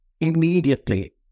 immediately